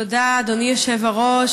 תודה, אדוני היושב-ראש.